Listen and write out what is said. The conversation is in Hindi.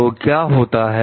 तो क्या होता है